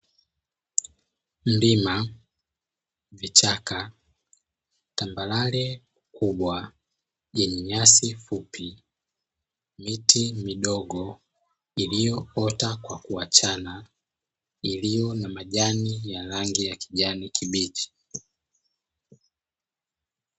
Mlima, vichaka, tambarare kubwa yenye nyasi fupi, miti midogo iliyoota kwa kuachana iliyo na majani ya rangi ya kijani kibichi.